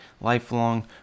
lifelong